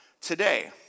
today